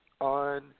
On